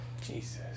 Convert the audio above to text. Jesus